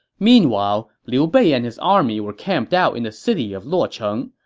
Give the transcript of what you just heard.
meanwhile, liu bei and his army were camped out in the city of luocheng.